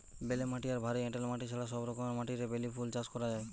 বেলে মাটি আর ভারী এঁটেল মাটি ছাড়া সব রকমের মাটিরে বেলি ফুল চাষ করা যায়